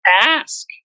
ask